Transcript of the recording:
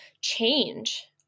change